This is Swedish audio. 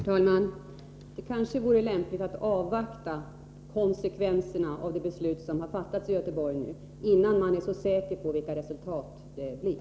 Herr talman! Det vore kanske lämpligt att avvakta konsekvenserna av det beslut som fattades i Göteborg, innan man uttalar sig så säkert vilka resultaten blir.